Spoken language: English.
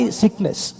sickness